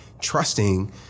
trusting